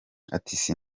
ati